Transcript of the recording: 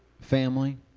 Family